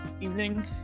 evening